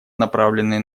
направленные